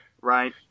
right